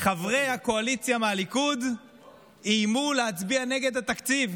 חברי הקואליציה מהליכוד איימו להצביע נגד התקציב.